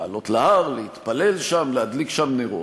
לעלות להר, להתפלל שם, להדליק שם נרות.